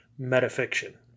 metafiction